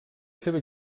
seva